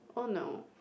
oh no